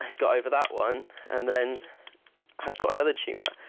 got over that one and then got another tumour.